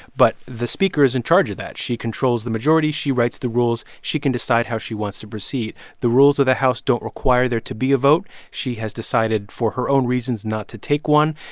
but the speaker is in charge of that. she controls the majority. she writes the rules. she can decide how she wants to proceed. the rules of the house don't require there to be a vote. she has decided, for her own reasons, not to take one.